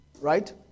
right